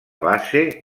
base